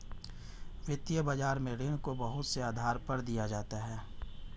वित्तीय बाजार में ऋण को बहुत से आधार पर दिया जाता है